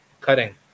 cutting